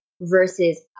versus